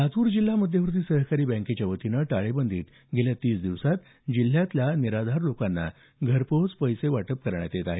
लातूर जिल्हा मध्यवर्ती सहकारी बँकेच्या वतीनं टाळेबंदीत गेल्या तीस दिवसात जिल्ह्यातल्या निराधार लोकांना घरपोच पैसे वाटप करण्यात येत आहेत